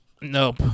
Nope